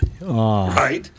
right